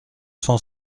cent